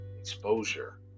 exposure